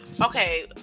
okay